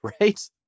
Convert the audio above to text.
right